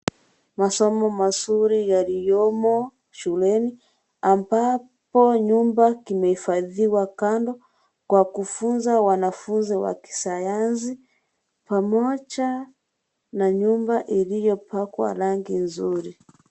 Masomo mazuri yaliyomo shuleni, ambapo nyumba kimehifadhiwa kando, kwa kufunzwa wanafunzi wa kisayansi, pamoja na nyumba iliyopakwa rangi nzuri.